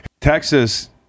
Texas